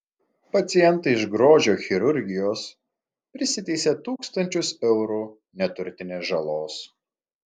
pacientai iš grožio chirurgijos prisiteisė tūkstančius eurų neturtinės žalos